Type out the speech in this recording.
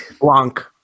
Blanc